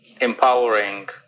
empowering